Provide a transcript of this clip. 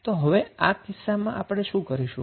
તો હવે આ કિસ્સામાં આપણે શું કરીશું